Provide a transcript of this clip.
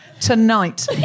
tonight